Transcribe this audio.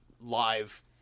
live